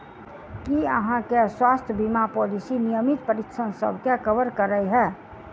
की अहाँ केँ स्वास्थ्य बीमा पॉलिसी नियमित परीक्षणसभ केँ कवर करे है?